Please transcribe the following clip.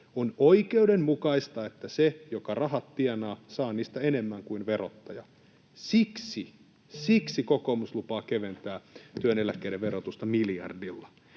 "On oikeudenmukaista, että se, joka rahat tienaa, saa niistä enemmän kuin verottaja. Siksi kokoomus lupaa keventää työn ja eläkkeiden verotusta miljardilla.”